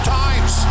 times